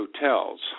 hotels